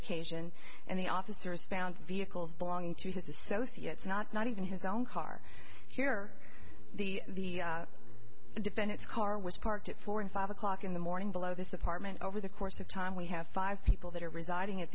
occasion and the officers found vehicles belonging to his associates not not even his own car here the defendant's car was parked at four and five o'clock in the morning below this apartment over the course of time we have five people that are residing at